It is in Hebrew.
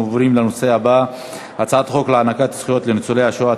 אנחנו עוברים לנושא הבא: הצעת חוק להענקת זכויות לניצולי השואה,